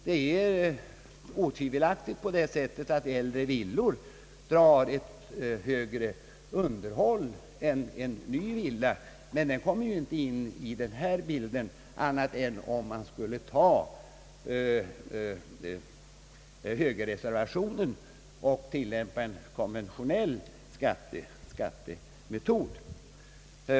Det är otvivelaktigt på det sättet, att äldre villor drar högre underhållskostnader än nya villor, men den frågan kommer inte in i denna bild annat än om man skulle godkänna högerreservationen och tillämpa en konventionell skattemetod.